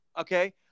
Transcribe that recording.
Okay